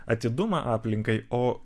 atidumą aplinkai o